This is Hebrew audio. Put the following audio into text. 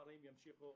הפערים ימשיכו.